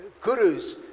gurus